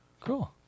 Cool